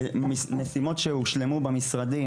משימות שהושלמו במשרדים,